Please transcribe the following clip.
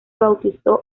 bautizó